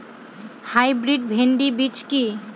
Hybrid ভীন্ডি বীজ কি?